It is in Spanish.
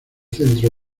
centro